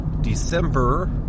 December